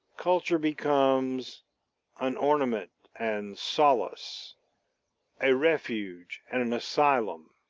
culture becomes an ornament and solace a refuge and an asylum.